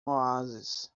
oásis